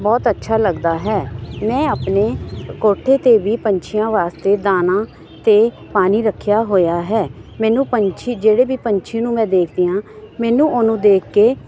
ਬਹੁਤ ਅੱਛਾ ਲੱਗਦਾ ਹੈ ਮੈਂ ਆਪਣੇ ਕੋਠੇ 'ਤੇ ਵੀ ਪੰਛੀਆਂ ਵਾਸਤੇ ਦਾਣਾ ਅਤੇ ਪਾਣੀ ਰੱਖਿਆ ਹੋਇਆ ਹੈ ਮੈਨੂੰ ਪੰਛੀ ਜਿਹੜੇ ਵੀ ਪੰਛੀ ਨੂੰ ਮੈਂ ਦੇਖਦੀ ਹਾਂ ਮੈਨੂੰ ਉਹਨੂੰ ਦੇਖ ਕੇ